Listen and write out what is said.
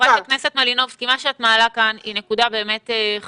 מה שאת מעלה כאן זו נקודה מאוד חשובה.